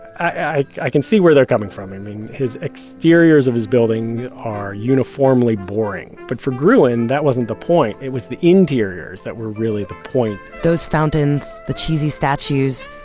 i i can see where they're coming from. i mean his exteriors of his buildings are uniformly boring, but for gruen that wasn't the point. it was the interiors that were really the point those fountains, the cheesy statues,